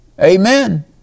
Amen